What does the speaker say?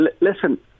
listen